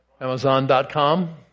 Amazon.com